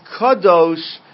Kadosh